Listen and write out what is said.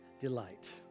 delight